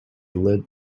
led